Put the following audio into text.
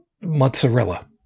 mozzarella